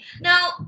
Now